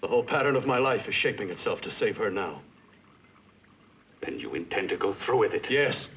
the whole pattern of my life shaping itself to say for now that you intend to go through with it yes